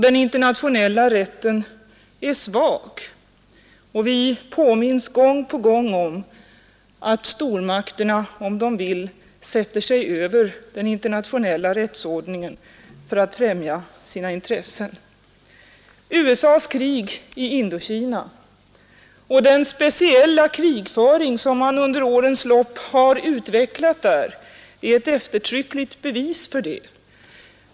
Den internationella rätten är svag och vi påminns gång på gång om att stormakterna, om de vill, för att främja sina intressen sätter sig över den internationella rättsordningen. USA:s krig i Indokina och den speciella krigföring som man under årens lopp har utvecklat där är ett eftertryckligt bevis för detta.